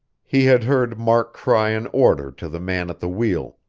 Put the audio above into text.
he had heard mark cry an order to the man at the wheel.